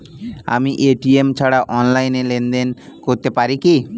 আমি এ.টি.এম ছাড়া অনলাইনে লেনদেন করতে পারি কি?